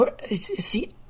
See